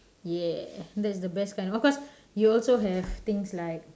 yeah that's the best kind of course you also have things like